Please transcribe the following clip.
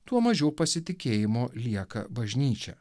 tuo mažiau pasitikėjimo lieka bažnyčia